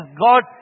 God